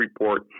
report